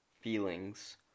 feelings